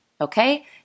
Okay